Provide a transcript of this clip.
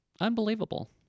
Unbelievable